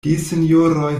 gesinjoroj